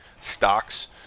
stocks